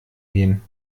gehen